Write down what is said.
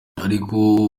ariko